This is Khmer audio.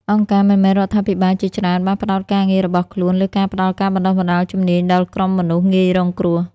អង្គការមិនមែនរដ្ឋាភិបាលជាច្រើនបានផ្តោតការងាររបស់ខ្លួនលើការផ្តល់ការបណ្តុះបណ្តាលជំនាញដល់ក្រុមមនុស្សងាយរងគ្រោះ។